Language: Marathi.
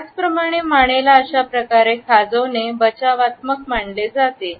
त्याचप्रमाणे मानेला अशाप्रकारे खाजवणे बचावात्मक मानले जाते